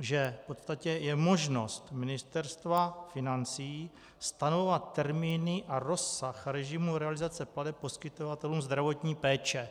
že v podstatě je možnost Ministerstva financí stanovovat termíny a rozsah režimu realizace plateb poskytovatelům zdravotní péče.